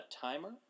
timer